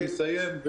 אסיים,